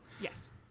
Yes